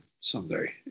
someday